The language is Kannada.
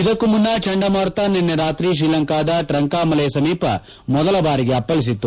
ಇದಕ್ಕೂ ಮುನ್ನ ಚಂಡಮಾರುತ ನಿನ್ನೆ ರಾತ್ರಿ ಶ್ರೀಲಂಕಾದ ಟ್ರಂಕಾಮಲೆ ಸಮೀಪ ಮೊದಲ ಬಾರಿಗೆ ಅಪ್ಪಳಿಸಿತ್ತು